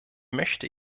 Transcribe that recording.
möchte